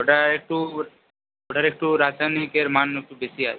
ওটা একটু ওটাতে একটু রাসায়নিকের মান একটু বেশি আছে